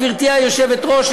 גברתי היושבת-ראש,